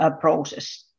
process